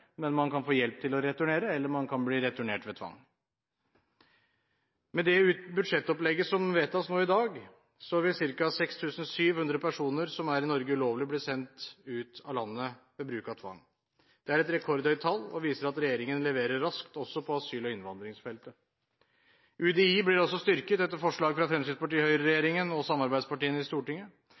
men man kan få hjelp til å returnere eller bli returnert ved tvang. Med det budsjettopplegget som vedtas i dag, vil ca. 6 700 personer som er i Norge ulovlig, bli sendt ut av landet ved bruk av tvang. Det er et rekordhøyt tall og viser at regjeringen leverer raskt også på asyl- og innvandringsfeltet. UDI blir også styrket i dette forslaget fra Høyre–Fremskrittsparti-regjeringen og samarbeidspartiene i Stortinget. Økt saksbehandlingskapasitet og oppfølging gir raskere saksbehandling og legger til rette for kortere opphold i